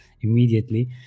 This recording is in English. immediately